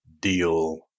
Deal